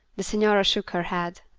the signora shook her head.